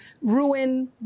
ruin